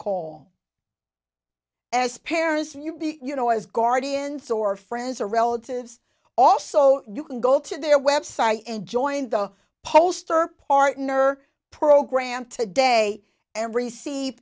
call as parents you be you know as guardians or friends or relatives also you can go to their website and join the poster partner program today and receive